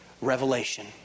revelation